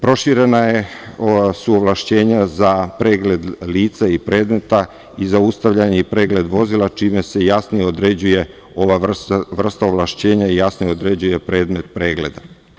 Proširena su ovlašćenja za pregled lica i predmeta i zaustavljanje i pregled vozila, čime se jasnije određuje ova vrsta ovlašćenja i jasno određuje predmet pregleda.